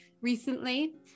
recently